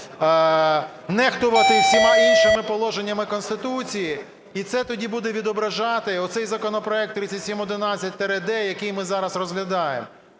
нехтувати всіма іншими положеннями Конституції. І це тоді буде відображати оцей законопроект 3711-д, який ми зараз розглядаємо.